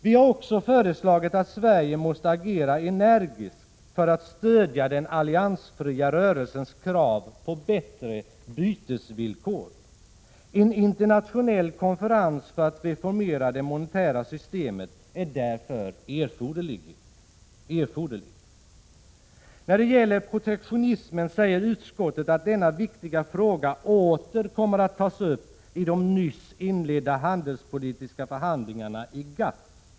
Vi har också föreslagit att Sverige måste agera energiskt för att stödja den alliansfria rörelsens krav på bättre bytesvillkor. En internationell konferens för att reformera det monetära systemet är därför erforderlig. När det gäller protektionismen säger utskottet att denna viktiga fråga åter kommer att tas uppi de nyss inledda handelspolitiska förhandlingarna i GATT.